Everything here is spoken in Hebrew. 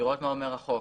לראות מה אומר החוק.